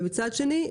מצד שני,